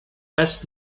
best